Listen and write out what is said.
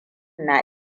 na